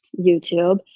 YouTube